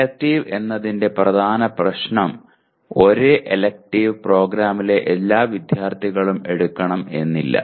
elective എന്നതിന്റെ പ്രധാന പ്രശ്നം ഒരേ എലക്ടീവ് പ്രോഗ്രാമിലെ എല്ലാ വിദ്യാർത്ഥികളും എടുക്കണം എന്നില്ല